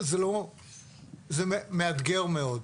זה מאתגר מאוד.